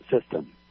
system